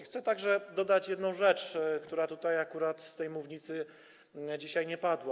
Chcę także dodać jedną kwestię, która tutaj akurat, z tej mównicy dzisiaj nie padła.